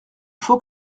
faut